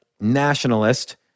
nationalist